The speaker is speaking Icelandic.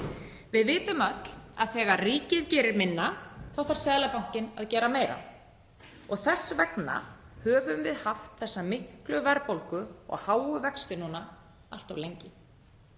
Við vitum öll að þegar ríkið gerir minna þarf Seðlabankinn að gera meira. Þess vegna höfum við haft þessa miklu verðbólgu og háu vexti allt of lengi.